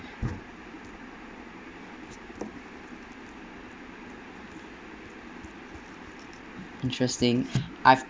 interesting I've